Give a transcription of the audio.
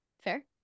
fair